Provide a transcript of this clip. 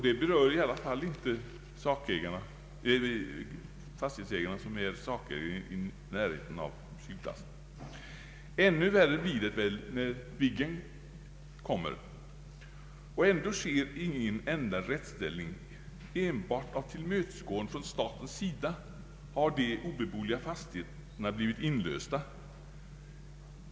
Detta anses i alla fall inte beröra fastighetsägarna såsom sakägare i närheten av flygplatsen. Och ännu värre blir det väl när Viggen kommer. Ändå sker ingen ändring i rättsställningen. Enbart av tillmötesgående från statens sida har obeboeliga fastigheter blivit inlösta.